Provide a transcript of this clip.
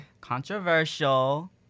controversial